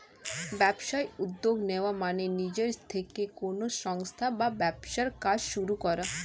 ব্যবসায় উদ্যোগ নেওয়া মানে নিজে থেকে কোনো সংস্থা বা ব্যবসার কাজ শুরু করা